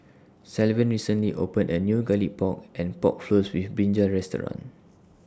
Sylvan recently opened A New Garlic Pork and Pork Floss with Brinjal Restaurant